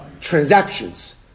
Transactions